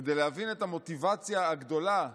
כדי להבין את המוטיבציה הגדולה שלנו,